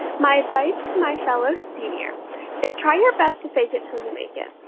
my advice to my fellow senior is try your best to face it till you make it.